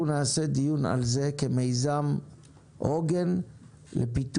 אנחנו נעשה דיון על זה כמיזם עוגן לפיתוח